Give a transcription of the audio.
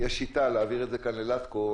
שיטה להעביר זאת ללטקו.